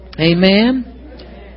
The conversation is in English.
Amen